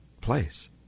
place